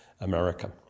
America